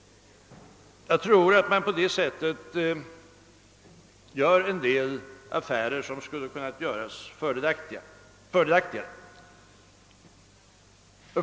Jag tror att man på det sättet gör en del affärer som hade kunnat göras fördelaktigare.